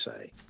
say